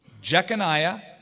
Jeconiah